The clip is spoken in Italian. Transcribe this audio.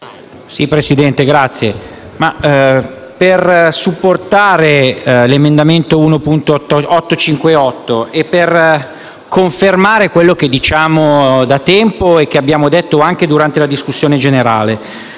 Presidente, intervengo per supportare l'emendamento 1.858 e per confermare quanto diciamo da tempo e che abbiamo detto anche durante la discussione generale.